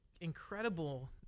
incredible